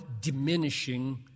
diminishing